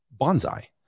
bonsai